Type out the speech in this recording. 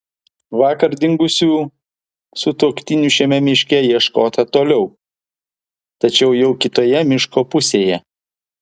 vakar dingusių sutuoktinių šiame miške ieškota toliau tačiau jau kitoje miško pusėje